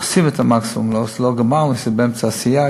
עושים את המקסימום, לא גמרנו, אנחנו באמצע העשייה.